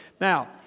Now